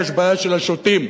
יש בעיה של השוטים.